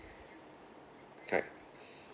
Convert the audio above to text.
correct